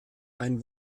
einen